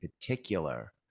particular